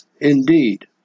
indeed